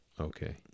Okay